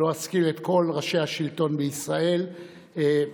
לא אזכיר את כל ראשי השלטון בישראל ואסתפק,